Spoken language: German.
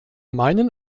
meinen